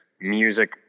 Music